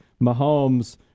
Mahomes